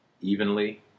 evenly